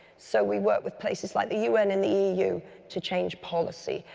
so we work with places like the un and the eu to change policy,